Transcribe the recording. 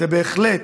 ובהחלט,